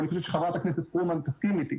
ואני חושב שחברת הכנסת פרומן תסכים איתי,